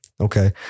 Okay